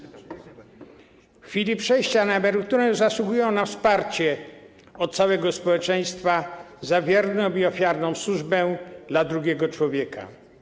W chwili przejścia na emeryturę zasługują na wsparcie od całego społeczeństwa za wierną i ofiarną służbę dla drugiego człowieka.